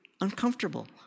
uncomfortable